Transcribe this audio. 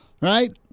Right